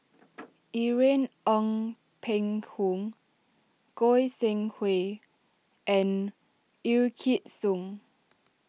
Irene Ng Phek Hoong Goi Seng Hui and Wykidd Song